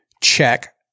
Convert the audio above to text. check